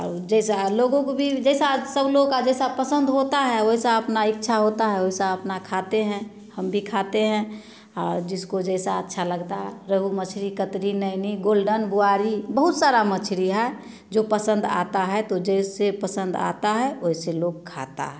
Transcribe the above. और जैसा लोगों को भी जैसा सब लोगों का जैसा पसंद होता है वैसा अपना इच्छा होता है वैसा अपना खाते हैं हम भी खाते हैं और जिसको जैसा अच्छा लगता रोहु मछली कतरी नैनी गोल्डन बोआरी बहुत सारा मछली है जो पसंद आता है तो जैसे पसंद आता है वैसे लोग खाता है